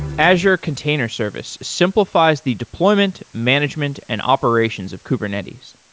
azure container service simplifies the deployment, management and operations of kubernetes.